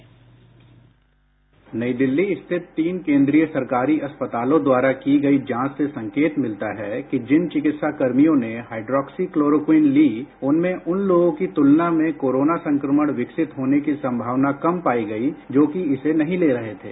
bite नई दिल्ली स्थित तीन केंद्रीय सरकारी अस्पतालों द्वारा की गई जांच से संकेत मिलता है कि जिन चिकित्साकर्मियों ने हाइड्रॉक्सीक्लोरोक्वीन ली उनमें उन लोगों की तुलना में कोरोना संक्रमण विकसित होने की संभावना कम पाई गई जो कि इसे नहीं ले रहे थे